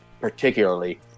particularly